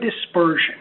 dispersion